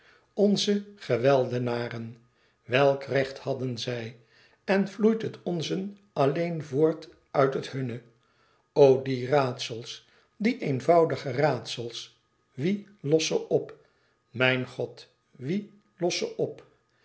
onze geweldenaren welk recht hadden zij en vloeit het onze alleen voort uit het hunne o die raadsels die eenvoudige raadsels wie lost ze op mijn god wie lost ze op